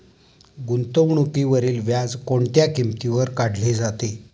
गुंतवणुकीवरील व्याज कोणत्या किमतीवर काढले जाते?